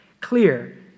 clear